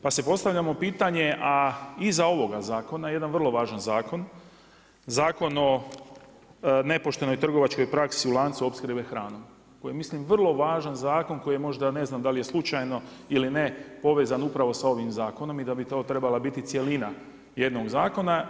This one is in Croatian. Pa si postavljamo pitanja, a iza ovoga zakona jedan vrlo važan zakon, Zakon o nepoštenoj trgovačkoj praksi u lancu opskrbe hranom koji je ja mislim vrlo važan zakon koji je možda ne znam da li je slučajno ili ne povezan upravo sa ovim zakonom i da bi to trebala biti cjelina jednog zakona.